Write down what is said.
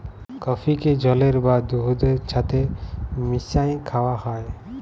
কফিকে জলের বা দুহুদের ছাথে মিশাঁয় খাউয়া হ্যয়